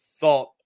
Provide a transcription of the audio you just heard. thought